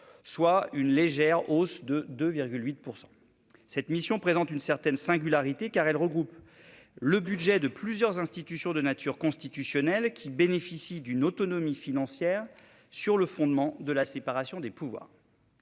en légère hausse de 2,8 %. Cette mission présente une certaine singularité, car elle regroupe le budget de plusieurs institutions de nature constitutionnelle, qui jouissent d'une autonomie financière sur le fondement de la séparation des pouvoirs.